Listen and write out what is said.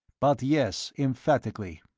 but yes, emphatically.